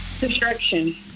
Destruction